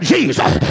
Jesus